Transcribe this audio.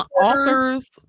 authors